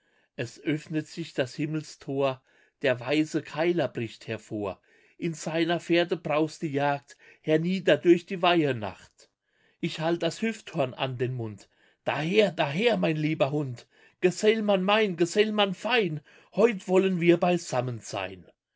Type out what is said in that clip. es öffnet sich das himmelstor der weiße keiler bricht hervor in seiner fährte braust die jagd hernieder durch die weihenacht ich halt das hifthorn an den mund daher daher mein lieber hund gesellmann mein gesellmann fein heut wollen wir beisammen sein